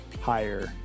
higher